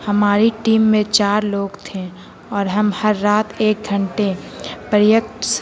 ہماری ٹیم میں چار لوگ تھے اور ہم ہر رات ایک گھنٹے پیکت